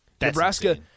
Nebraska